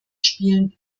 spielen